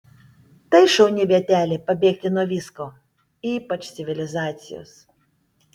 tai šauni vietelė pabėgti nuo visko ypač civilizacijos